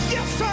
Yes